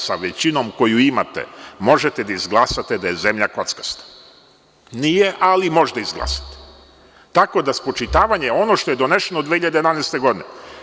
Sa većinom koju imate možete da izglasate da je zemlja kockasta, nije, ali možete da izglasate, tako da spočitavanje, ono što je doneseno 2011. godine…